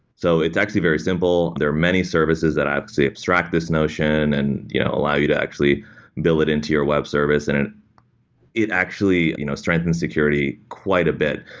so it's actually very simple. there are many services that i actually abstract this notion and yeah allow you to actually build it into your web service and and it actually you know strengthens security quite a bit.